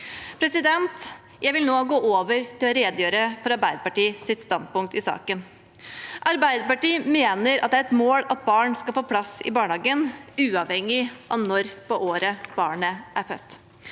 i dag. Jeg vil nå gå over til å redegjøre for Arbeiderpartiets standpunkt i saken. Arbeiderpartiet mener at det er et mål at barn skal få plass i barnehagen uavhengig av når på året barnet er født.